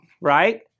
Right